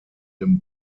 den